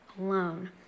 alone